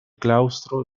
claustro